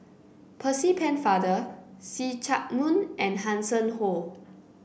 Percy Pennefather See Chak Mun and Hanson Ho